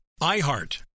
IHEART